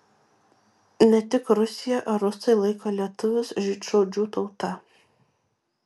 ne tik rusija ar rusai laiko lietuvius žydšaudžių tauta